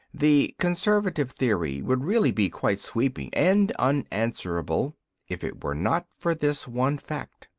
the conservative theory would really be quite sweeping and unanswerable if it were not for this one fact.